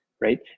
Right